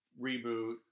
reboot